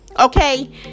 Okay